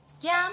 yum